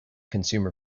consumer